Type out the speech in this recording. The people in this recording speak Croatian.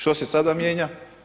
Što se sada mijenja?